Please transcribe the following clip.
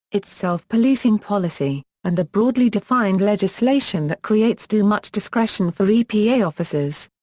its self-policing policy, and a broadly defined legislation that creates too much discretion for epa officers.